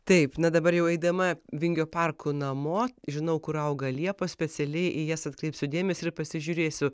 taip na dabar jau eidama vingio parku namo žinau kur auga liepos specialiai į jas atkreipsiu dėmesį ir pasižiūrėsiu